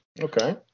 Okay